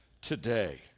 today